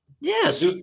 Yes